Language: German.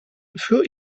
für